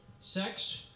sex